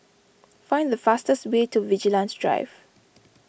find the fastest way to Vigilantes Drive